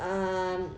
um